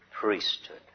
priesthood